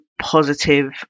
positive